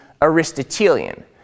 Aristotelian